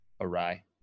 awry